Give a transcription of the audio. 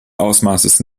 ausmaßes